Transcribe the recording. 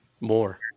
more